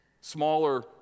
smaller